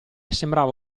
sembrava